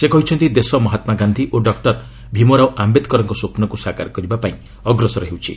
ସେ କହିଛନ୍ତି ଦେଶ ମହାତ୍ଲା ଗାନ୍ଧି ଓ ଡକ୍ଟର ଭୀମରାଓ ଆମ୍ଭେଦକରଙ୍କ ସ୍ୱପ୍ନକୁ ସାକାର କରିବା ପାଇଁ ଅଗ୍ରସର ହେଉଛି